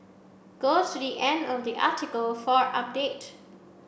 go to the end of the article for update